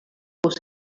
fos